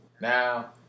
Now